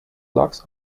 blocks